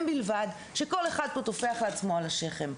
בלבד וכל אחד שמרואיין פה טופח לעצמו על השכם.